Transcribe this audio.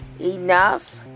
enough